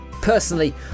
Personally